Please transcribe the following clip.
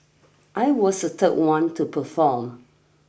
I was the third one to perform